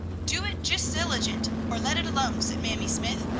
do it jist illigant, or let it alone, said mamie smythe.